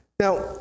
Now